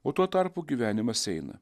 o tuo tarpu gyvenimas eina